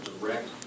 direct